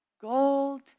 Gold